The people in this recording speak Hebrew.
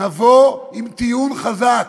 נבוא עם טיעון חזק,